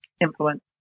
influence